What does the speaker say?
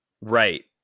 Right